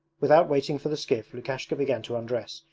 without waiting for the skiff lukashka began to undress,